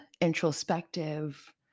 introspective